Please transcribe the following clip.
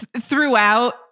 throughout